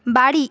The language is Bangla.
বাড়ি